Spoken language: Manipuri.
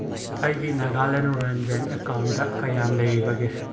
ꯑꯩ ꯅꯥꯒꯥꯂꯦꯟ ꯔꯨꯔꯦꯜ ꯕꯦꯡ ꯑꯦꯀꯥꯎꯟꯗ ꯀꯌꯥꯝ ꯂꯩꯔꯤꯕꯒꯦ